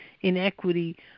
inequity